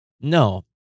No